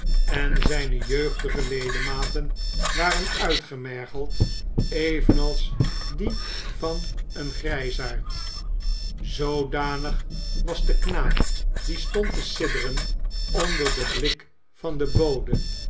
en zijne jeugi dige ledematen waren uitgemergeld evenals die van een grijsaard zoodanig was de knaap die stond te sidderen onder den blik van den bode